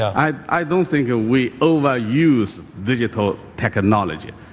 i don't think ah we overuse digital technology.